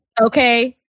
okay